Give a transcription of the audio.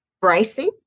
bracing